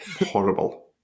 horrible